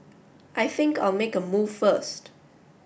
I think I'll make a move first